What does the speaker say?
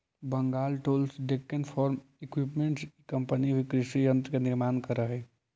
Bengal tools, Deccan farm equipments इ सब company भी कृषि यन्त्र के निर्माण करऽ हई